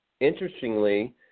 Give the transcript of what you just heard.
Interestingly